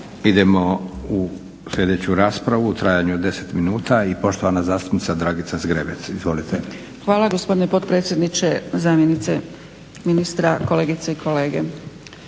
Idemo u sljedeću raspravu u trajanju od 10 minuta i poštovana zastupnica Dragica Zgrebec. Izvolite. **Zgrebec, Dragica (SDP)** Hvala gospodine potpredsjedniče, zamjenice ministra, kolegice i kolege.